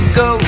go